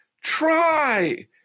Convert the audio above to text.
try